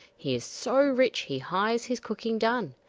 he is so rich he hires his cooking done.